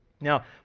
Now